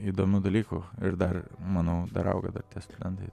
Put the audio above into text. įdomių dalykų ir dar manau dar auga dar tie studentai